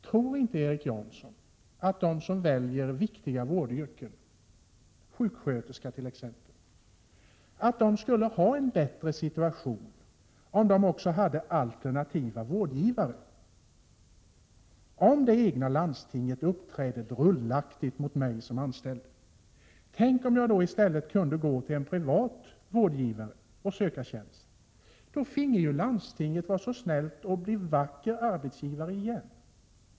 Tror inte Erik Janson att de som väljer viktiga vårdyrken — sjuksköterskor t.ex. — skulle ha en bättre situation om de också hade alternativa arbetsgivare? Om det egna landstinget uppträder drullaktigt mot mig som anställd, vore det väl bra om jag i stället kunde gå till en privat vårdgivare och söka tjänst. Då finge ju landstinget vara så snällt och bli vacker arbetsgivare igen.